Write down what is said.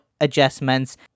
adjustments